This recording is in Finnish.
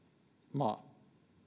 maa